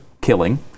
killing